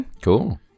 Cool